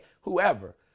Whoever